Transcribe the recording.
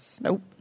nope